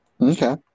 Okay